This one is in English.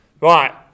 Right